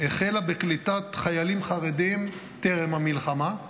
החלה בקליטת חיילים חרדים טרם המלחמה,